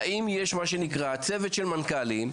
יש קושי באמת עם רשויות התכנון,